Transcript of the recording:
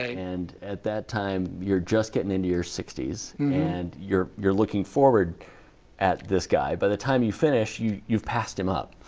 and at that time you're just getting into your sixties and you're you're looking forward at this guy. by the time you finish, you've passed him up.